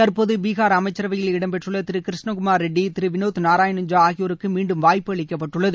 தற்போது பீகார் அமைச்சரவையில் இடம் பெற்றுள்ள திரு கிருஷ்ணகுமார் ரெட்டி திரு வினோத் நாராயண் ஜா ஆகியோருக்கு மீண்டும் வாய்ப்பு அளிக்கப்பட்டுள்ளது